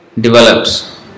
develops